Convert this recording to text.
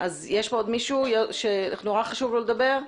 יש פה עוד מישהו שנורא חשוב לו לדבר?